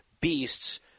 beasts